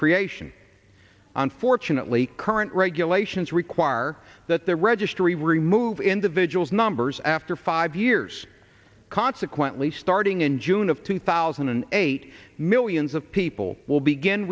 creation on unfortunately current regulations require that the registry remove individuals numbers after five years consequently starting in june of two thousand and eight millions of people will begin